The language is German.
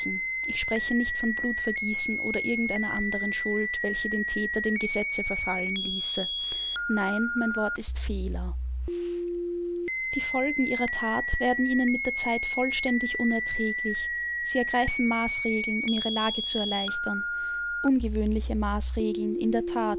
ich spreche nicht von blutvergießen oder irgend einer anderen schuld welche den thäter dem gesetze verfallen ließe nein mein wort ist fehler die folgen ihrer that werden ihnen mit der zeit vollständig unerträglich sie ergreifen maßregeln um ihre lage zu erleichtern ungewöhnliche maßregeln in der that